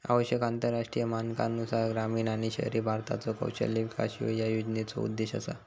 आवश्यक आंतरराष्ट्रीय मानकांनुसार ग्रामीण आणि शहरी भारताचो कौशल्य विकास ह्यो या योजनेचो उद्देश असा